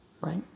Right